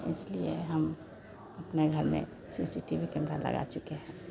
इसलिए हम अपने घर में C C T V camera लगा चुके हैं